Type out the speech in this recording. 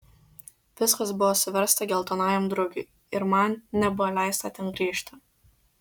viskas buvo suversta geltonajam drugiui ir man nebuvo leista ten grįžti